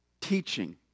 teaching